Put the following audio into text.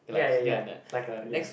ya ya ya like a ya